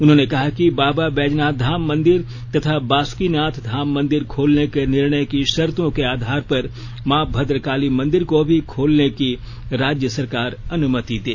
उन्होंने कहा कि बाबा बैजनाथ धाम मंदिर तथा बासुकीनाथ धाम मंदिर खोलने के निर्णय की शर्तों के आधार पर मां भद्रकाली मंदिर को भी खोलने की राज्य सरकार अनुमति दें